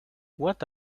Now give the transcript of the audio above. what